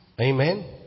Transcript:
Amen